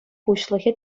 пуҫлӑхӗ